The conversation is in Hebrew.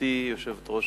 גברתי יושבת-ראש